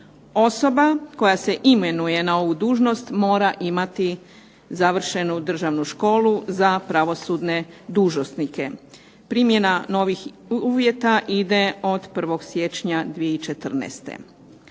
Osoba koja se imenuje na ovu dužnost mora imati završenu Državnu školu za pravosudne dužnosnike. Primjena novih uvjeta ide od 1. siječnja 2014.